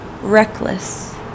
reckless